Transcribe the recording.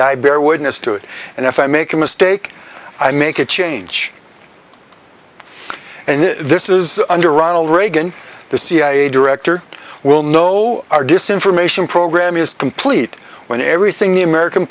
i bear witness to it and if i make a mistake i make a change and this is under ronald reagan the cia director will know our disinform ation program is complete when everything the american